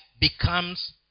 becomes